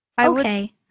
okay